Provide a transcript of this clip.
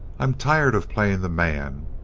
i'm tired of playing the man.